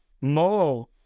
more